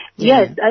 Yes